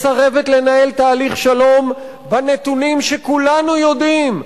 מסרבת לנהל תהליך שלום בנתונים שכולנו יודעים,